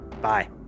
Bye